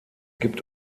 gibt